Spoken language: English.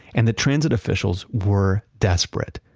and the transit officials were desperate.